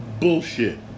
Bullshit